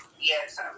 yes